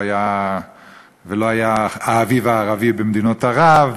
ולא היה האביב הערבי במדינות ערב,